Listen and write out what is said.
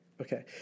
Okay